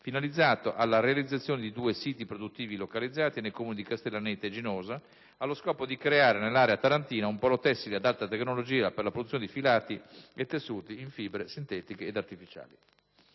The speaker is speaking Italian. finalizzato alla realizzazione di due siti produttivi localizzati nei comuni di Castellaneta e Ginosa, allo scopo di creare nell'area tarantina un polo tessile ad alta tecnologia per la produzione di filati e tessuti in fibre sintetiche ed artificiali.